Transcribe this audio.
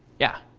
yeah?